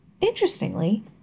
Interestingly